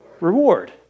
reward